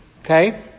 Okay